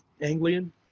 Anglian